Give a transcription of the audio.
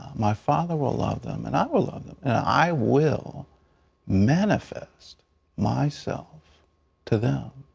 my father will love them, and i will love them, and i will manifest myself to them.